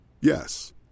Yes